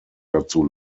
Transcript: dazu